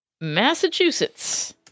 Massachusetts